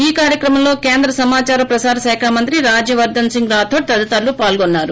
ఈ కార్యక్రమంలో కేంద్ర సమాచార్ ప్రసార శాఖ మంత్రి రాజ్య వర్దస్ సింగ్ రాథోడ్ తదితరులు పాల్గొన్నారు